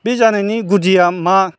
बे जानायनि गुदिया मा